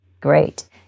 Great